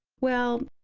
well,